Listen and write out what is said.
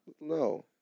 No